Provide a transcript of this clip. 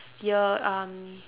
year um